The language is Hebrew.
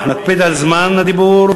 אנחנו נקפיד על זמן הדיבור,